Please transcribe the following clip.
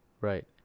Right